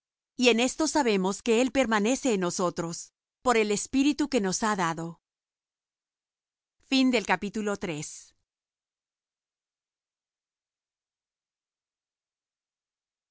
y en esto sabemos que él permanece en nosotros por el espíritu que nos ha dado amados no